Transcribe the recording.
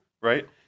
right